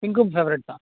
பிங்க்கும் favourite தான்